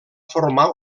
formar